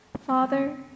Father